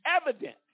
evident